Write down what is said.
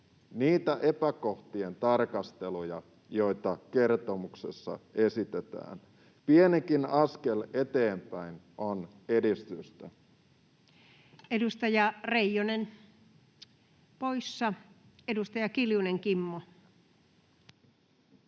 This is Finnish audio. niitä epäkohtien tarkasteluja, joita kertomuksessa esitetään. Pienikin askel eteenpäin on edistystä. Edustaja Reijonen poissa. — Edustaja Kiljunen, Kimmo.